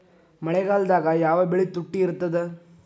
ಮಳೆಗಾಲದಾಗ ಯಾವ ಬೆಳಿ ತುಟ್ಟಿ ಇರ್ತದ?